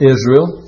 Israel